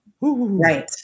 Right